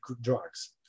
drugs